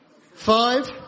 Five